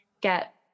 get